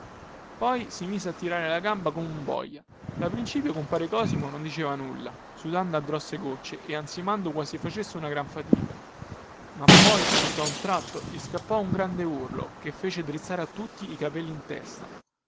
poi si mise a tirare la gamba come un boia da principio compare cosimo non diceva nulla sudando a grosse gocce e ansimando quasi facesse una gran fatica ma poi tutta un tratto gli scappò un grande urlo che fece drizzare a tutti i capelli in testa